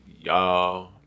y'all